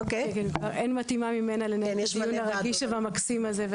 אין מתאימה ממנה לנהל את הדיון הרגיש והמקסים הזה,